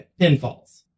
pinfalls